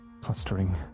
clustering